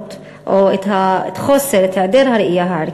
הזאת או את היעדר הראייה הערכית.